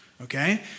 okay